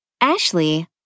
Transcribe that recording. Ashley